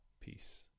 Peace